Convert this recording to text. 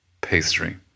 pastry